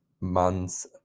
months